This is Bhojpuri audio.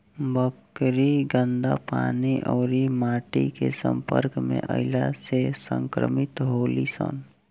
बकरी गन्दा पानी अउरी माटी के सम्पर्क में अईला से संक्रमित होली सन